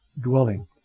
dwelling